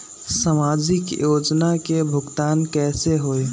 समाजिक योजना के भुगतान कैसे होई?